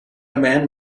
man